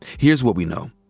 here's what we know.